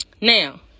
Now